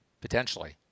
potentially